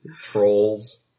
trolls